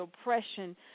oppression